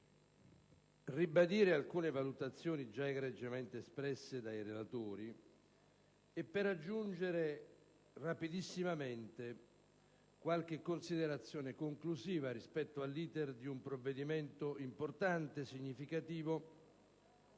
ribadire alcune valutazioni già egregiamente espresse dai relatori e per aggiungere rapidissimamente qualche considerazione conclusiva rispetto all'*iter* di un provvedimento importante e significativo,